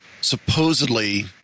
supposedly